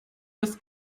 das